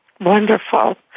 Wonderful